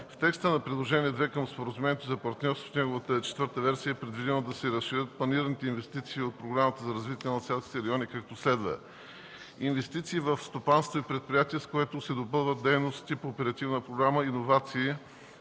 В текста на Приложение № 2 към Споразумението за партньорство в неговата четвърта версия е предвидено да се разширят планираните инвестиции от Програмата за развитие на селските райони, както следва: - инвестиции в стопанските предприятия, с които се допълват дейностите по Оперативна програма „Иновации